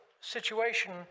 situation